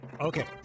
Okay